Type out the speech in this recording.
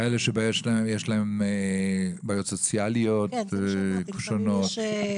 כאלה שיש להם בעיות סוציאליות שונות.